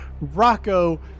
Rocco